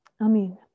Amen